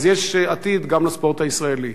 אז יש עתיד גם לספורט הישראלי.